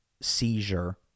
seizure